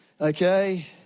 Okay